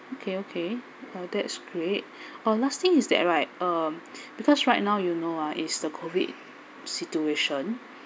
okay okay oh that's great oh last thing is that right um because right now you know ah is the COVID situation